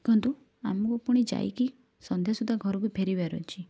ଦେଖନ୍ତୁ ଆମକୁ ପୁଣି ଯାଇକି ସନ୍ଧ୍ୟା ସୁଦ୍ଧା ଘରକୁ ଫେରିବାର ଅଛି